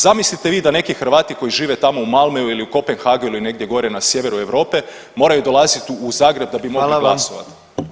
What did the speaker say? Zamislite vi da neki Hrvati koji žive tamo Malmeu ili Kopenhagenu ili negdje gore na sjeveru Europe moraju dolaziti u Zagreb [[Upadica: Hvala vam.]] da bi mogli glasovati.